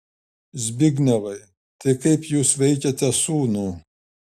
zbignevai tai kaip jūs veikiate sūnų